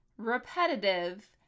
repetitive